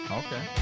okay